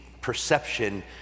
perception